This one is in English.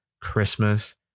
Christmas